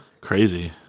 Crazy